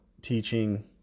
teaching